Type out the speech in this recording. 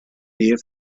nähe